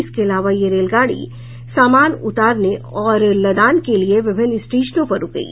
इसके अलावा यह रेलगाड़ी सामान उतारने और लदान के लिए विभिन्न स्टेशनों पर रूकेगी